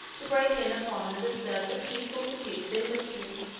to break in upon and disturb the peaceful pursuits of industry,